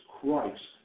Christ